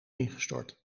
ingestort